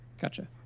gotcha